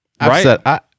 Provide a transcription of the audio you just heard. right